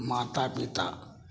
माता पिता